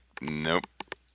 nope